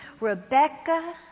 Rebecca